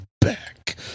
back